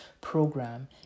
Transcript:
program